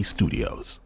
Studios